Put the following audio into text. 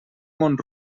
món